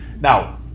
now